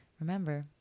Remember